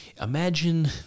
Imagine